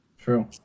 True